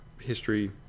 history